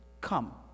come